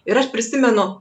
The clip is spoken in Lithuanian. ir aš prisimenu